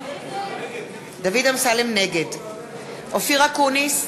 נגד אופיר אקוניס,